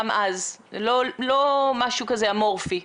לא משהו אמורפי.